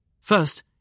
First